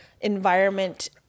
environment